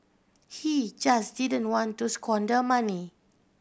he just didn't want to squander money